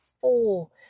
four